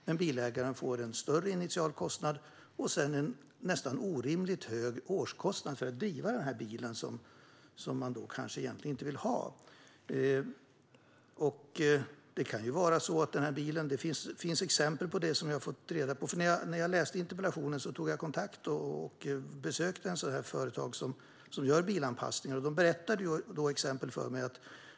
Men bilägaren får en större initial kostnad och sedan en nästan orimligt hög årskostnad för att driva denna bil som man kanske egentligen inte vill ha. Det finns exempel som jag har fått reda på. När jag läste interpellationen tog jag kontakt med och besökte ett företag som gör bilanpassningar. De berättade om exempel för mig.